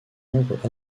nombre